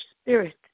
spirit